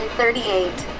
thirty-eight